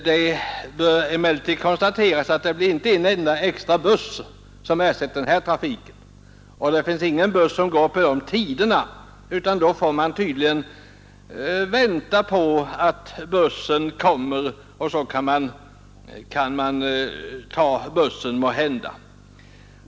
Det bör emellertid konstateras att den nedlagda tågtrafiken inte kommer att ersättas av en enda ny busstur. Det finns inte heller någon buss, vilkens avgångstider stämmer med järnvägens, utan man får vänta långa stunder på att bussen skall komma.